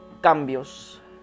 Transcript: cambios